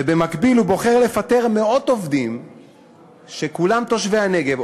ובמקביל הוא בוחר לפטר מאות עובדים שכולם תושבי הנגב,